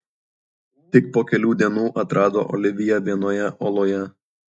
tik po kelių dienų atrado oliviją vienoje oloje